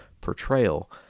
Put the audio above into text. portrayal